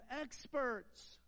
experts